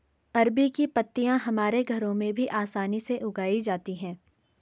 अरबी की पत्तियां हमारे घरों में भी आसानी से उगाई जाती हैं